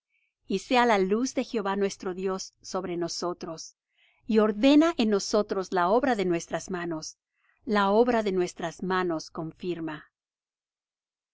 y sea la luz de jehová nuestro dios sobre nosotros y ordena en nosotros la obra de nuestras manos la obra de nuestras manos confirma